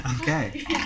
Okay